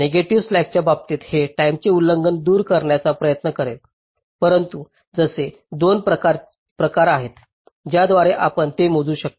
negative स्लॅक्सच्या बाबतीत हे टाईमचे उल्लंघन दूर करण्याचा प्रयत्न करेल परंतु असे 2 प्रकार आहेत ज्याद्वारे आपण ते मोजू शकता